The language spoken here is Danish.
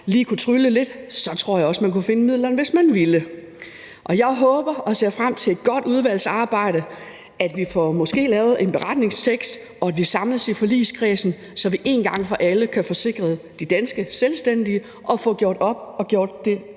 lige kunne trylle lidt, så kunne man også finde midlerne, hvis man ville. Jeg håber på og ser frem til et godt udvalgsarbejde, at vi måske får lavet en beretningstekst, og at vi samles i forligskredsen, så vi en gang for alle kan få sikret de danske selvstændige og få gjort op og gjort det